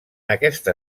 aquesta